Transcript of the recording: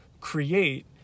create